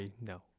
No